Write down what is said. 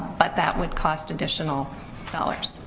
but that would cost additional dollars.